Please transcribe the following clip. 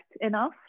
enough